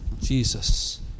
Jesus